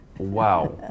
Wow